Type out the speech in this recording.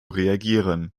reagieren